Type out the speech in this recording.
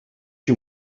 you